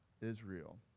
Israel